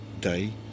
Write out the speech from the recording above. day